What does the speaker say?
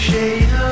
shade